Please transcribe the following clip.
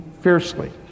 fiercely